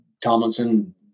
Tomlinson